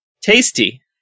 tasty